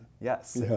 Yes